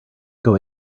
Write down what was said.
ago